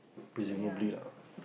presumably lah